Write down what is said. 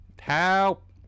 Help